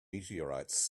meteorites